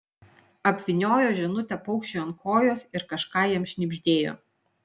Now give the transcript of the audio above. apvyniojo žinutę paukščiui ant kojos ir kažką jam šnibžtelėjo